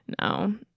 No